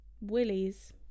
willies